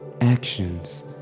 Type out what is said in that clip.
Actions